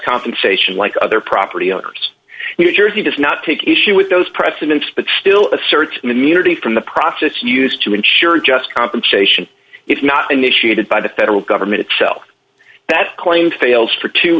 compensation like other property owners new jersey does not take issue with those precedents but still assert immunity from the process used to ensure just compensation if not initiated by the federal government itself that claim fails for two